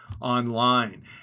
online